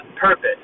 purpose